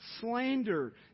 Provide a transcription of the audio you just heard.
slander